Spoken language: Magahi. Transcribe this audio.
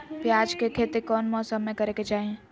प्याज के खेती कौन मौसम में करे के चाही?